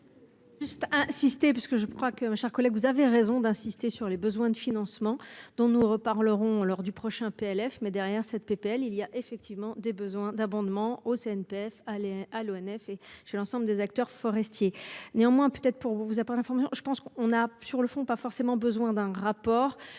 Juste insister parce que je crois que ma chère collègue. Vous avez raison d'insister sur les besoins de financement dont nous reparlerons lors du prochain PLF mais derrière cette PPL il y a effectivement des besoins d'abondement au CNPF allait à l'ONF et j'ai l'ensemble des acteurs forestier néanmoins peut-être pour vous, vous avez une information, je pense qu'on a sur le fond, pas forcément besoin d'un rapport.